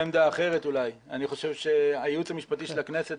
אני חושב שהייעוץ המשפטי של הכנסת,